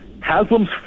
Haslam's